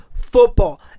football